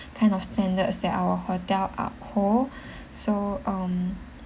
kind of standards that our hotel uphold so um